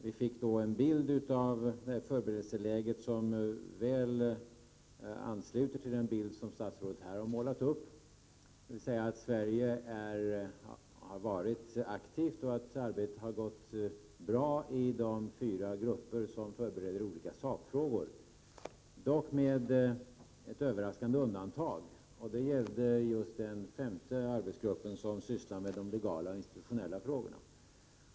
Vi fick då en bild av förberedelseläget som väl ansluter sig till den bild som statsrådet här har målat upp, dvs. att Sverige har varit aktivt och att arbetet har gått bra i de fyra grupper som förbereder olika sakfrågor. Det var dock ett överraskande undantag, som gällde den femte arbetsgruppen, som sysslar med de legala och institutionella frågorna.